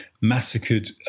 massacred